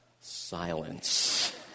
Silence